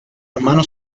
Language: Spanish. hermano